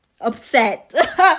upset